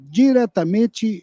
diretamente